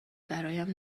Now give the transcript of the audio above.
برایم